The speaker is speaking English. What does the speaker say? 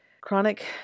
Chronic